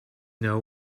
know